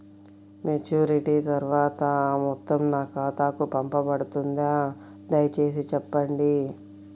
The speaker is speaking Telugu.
మెచ్యూరిటీ తర్వాత ఆ మొత్తం నా ఖాతాకు పంపబడుతుందా? దయచేసి చెప్పండి?